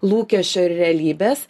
lūkesčio ir realybės